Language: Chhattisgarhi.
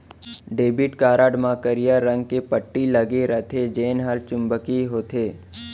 डेबिट कारड म करिया रंग के पट्टी लगे रथे जेन हर चुंबकीय होथे